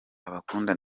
abakunda